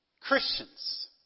Christians